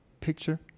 picture